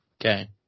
okay